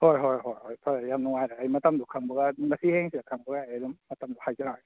ꯍꯣꯏ ꯍꯣꯏ ꯍꯣꯏ ꯍꯣꯏ ꯐꯔꯦ ꯌꯥꯝ ꯅꯨꯡꯉꯥꯏꯔꯦ ꯑꯩ ꯃꯇꯝꯗꯣ ꯈꯪꯕꯒ ꯉꯁꯤ ꯍꯌꯦꯡꯁꯤꯗ ꯈꯪꯕꯒ ꯑꯩ ꯑꯗꯨꯝ ꯃꯇꯝꯗꯣ ꯍꯥꯏꯖꯔꯛꯑꯒꯦ